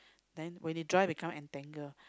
then when it dry become entangle